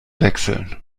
wechseln